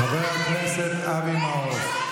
חבר הכנסת אבי מעוז.